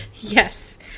Yes